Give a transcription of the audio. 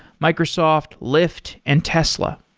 microsoft, lyft and tesla.